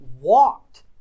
walked